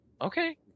Okay